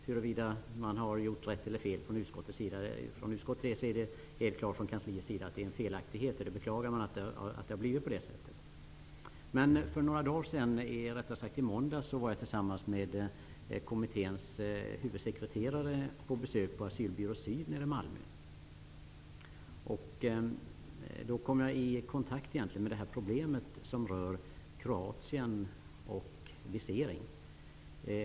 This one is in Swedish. Huruvida utskottet har gjort rätt eller fel är i och för sig inte så mycket att tjafsa om. Det står dock helt klart att detta är fel, vilket kansliet också beklagar. I måndags var jag tillsammans med Invandrar och flyktingkommitténs huvudsekreterare på besök på Asylbyrå syd nere i Malmö. Jag kom då i kontakt med problemet när det gäller kroater och visering.